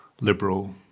liberal